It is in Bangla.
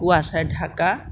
কুয়াশায় ঢাকা